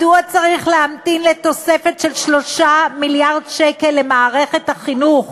מדוע צריך להמתין לתוספת של 3 מיליארד שקל למערכת החינוך?